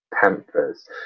Panthers